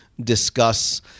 discuss